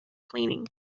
cleaning